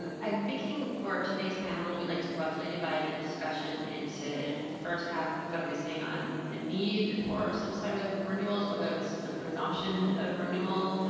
um i'm thinking for today's panel, we'd like to roughly divide the discussion into the first half focusing on the need for some sort of renewals, whether this is a presumption of renewal,